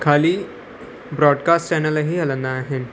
खाली broadcast channel ई हलंदा आहिनि